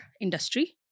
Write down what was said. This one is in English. industry